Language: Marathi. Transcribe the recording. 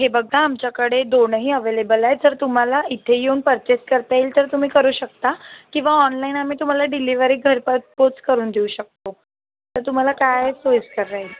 हे बघा आमच्याकडे दोनही अवेलेबल आहेत जर तुम्हाला इथे येऊन पर्चेस करता येईल तर तुम्ही करू शकता किंवा ऑनलाइन आम्ही तुम्हाला डिलेवरी घरपर पोच करून देऊ शकतो तर तुम्हाला काय सोयिस्कर राहील